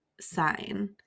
sign